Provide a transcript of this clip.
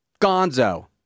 Gonzo